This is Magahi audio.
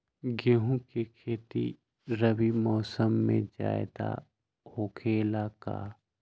गेंहू के खेती रबी मौसम में ज्यादा होखेला का?